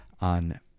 on